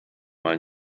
mal